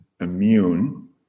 immune